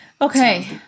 Okay